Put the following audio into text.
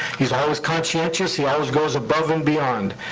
he's always conscientious. he always goes above and beyond.